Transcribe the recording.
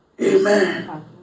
Amen